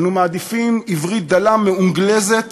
אנו מעדיפים עברית דלה ומאונגלזת